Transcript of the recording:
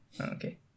Okay